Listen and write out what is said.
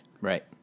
Right